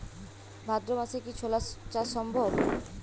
ভাদ্র মাসে কি ছোলা চাষ সম্ভব?